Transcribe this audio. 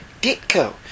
Ditko